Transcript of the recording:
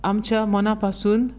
आमच्या मना पासून